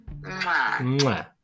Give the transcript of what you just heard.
Mwah